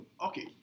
Okay